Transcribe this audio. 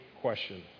question